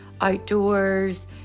outdoors